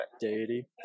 deity